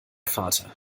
vater